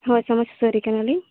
ᱦᱳᱭ ᱥᱚᱢᱟᱡᱽ ᱥᱩᱥᱟᱹᱨᱤᱭᱟᱹ ᱠᱟᱱᱟᱞᱤᱧ